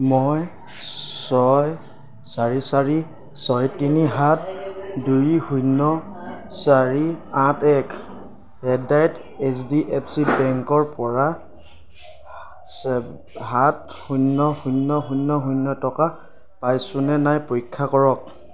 মই ছয় চাৰি চাৰি ছয় তিনি সাত দুই শূন্য চাৰি আঠ এক at the rate H D F C বেংকৰ পৰা সাত শূন্য শূন্য শূন্য শূন্য টকা পাইছোনে নাই পৰীক্ষা কৰক